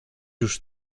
już